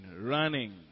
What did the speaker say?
running